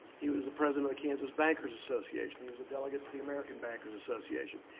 he was the president of the kansas bankers association. he was a delegate to the american bankers association.